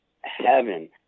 heaven